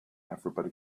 everybody